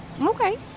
Okay